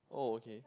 oh okay